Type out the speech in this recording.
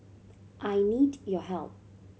I need your help